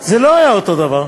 זה לא היה אותו דבר.